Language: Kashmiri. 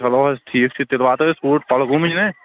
چلو حظ ٹھیٖک چھُ تیٚلہِ واتو أسۍ اوٗرۍ کۅلگومٕے نا